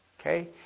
Okay